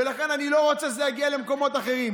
ולכן, אני לא רוצה להגיע למקומות אחרים,